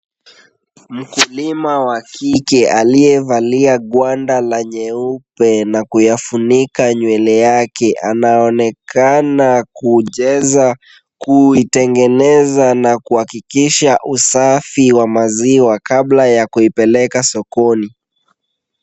Mkulima wa kike aliyevalia gwanda la nyeupe na kuyafunika nywele yake anaonekana kujeza , kuitengeneza na kuhakikisha usafi wa maziwa kabla ya kuipeleka sokoni .